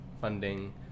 funding